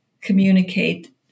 communicate